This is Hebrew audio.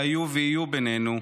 שהיו ויהיו בינינו,